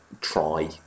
try